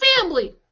family